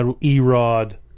E-Rod